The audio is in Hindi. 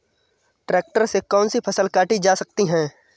ट्रैक्टर से कौन सी फसल काटी जा सकती हैं?